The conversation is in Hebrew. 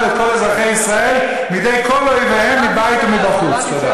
ואת כל אזרחי ישראל מידי כל אויביהם מבית ומבחוץ.